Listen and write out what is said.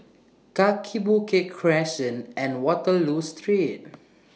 Kaki Bukit Crescent and Waterloo Street